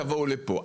תבואו לפה.